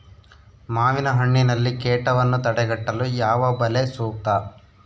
ಮಾವಿನಹಣ್ಣಿನಲ್ಲಿ ಕೇಟವನ್ನು ತಡೆಗಟ್ಟಲು ಯಾವ ಬಲೆ ಸೂಕ್ತ?